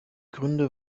gründe